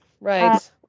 right